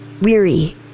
weary